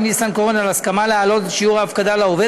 ניסנקורן על הסכמה להעלות את שיעור ההפקדה לעובד.